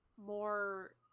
more